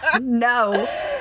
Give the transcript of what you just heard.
No